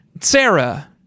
Sarah